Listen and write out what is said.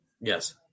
Yes